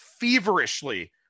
feverishly